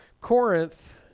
Corinth